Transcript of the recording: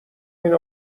اینو